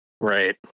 Right